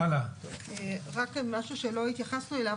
רק משהו שלא התייחסנו אליו,